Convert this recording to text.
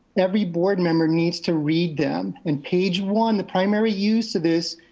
every board member needs to read them. in page one, the primary use of this,